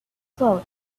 slowly